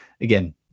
again